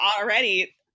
already